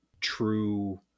true